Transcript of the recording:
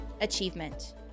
Achievement